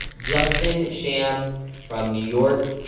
justin sham from new york,